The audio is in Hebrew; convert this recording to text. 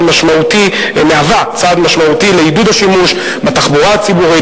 משמעותי לעידוד השימוש בתחבורה הציבורית,